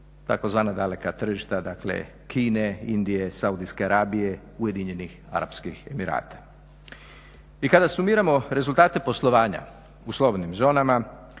tzv. daleka tržišta dakle Kine, Indije, Saudijske Arabije, Ujedinjenih Arapskih Emirata. I kada sumiramo rezultate poslovanja u slobodnim zonama